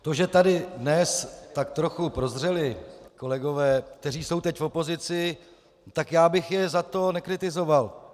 To, že tady dnes tak trochu prozřeli kolegové, kteří jsou teď v opozici, tak já bych je za to nekritizoval.